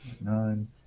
nine